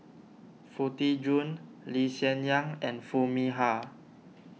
Foo Tee Jun Lee Hsien Yang and Foo Mee Har